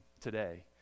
today